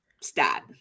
stat